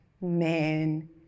Man